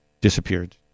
disappeared